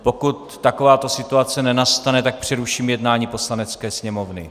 Pokud takováto situace nenastane, přeruším jednání Poslanecké sněmovny.